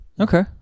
Okay